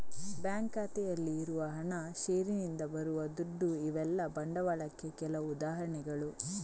bank ಖಾತೆಯಲ್ಲಿ ಇರುವ ಹಣ, ಷೇರಿನಿಂದ ಬರುವ ದುಡ್ಡು ಇವೆಲ್ಲ ಬಂಡವಾಳಕ್ಕೆ ಕೆಲವು ಉದಾಹರಣೆಗಳು